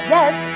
Yes